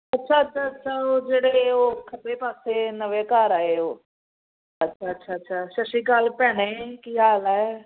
ਅੱਛਾ ਅੱਛਾ ਅੱਛਾ ਉਹ ਜਿਹੜੇ ਉਹ ਖੱਬੇ ਪਾਸੇ ਨਵੇਂ ਘਰ ਆਏ ਹੋ ਅੱਛਾ ਅੱਛਾ ਅੱਛਾ ਸਤਿ ਸ਼੍ਰੀ ਅਕਾਲ ਭੈਣੇ ਕੀ ਹਾਲ ਹੈ